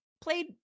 played